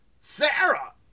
Sarah